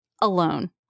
alone